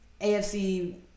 AFC